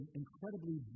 incredibly